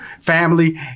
family